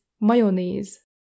mayonnaise